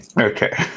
Okay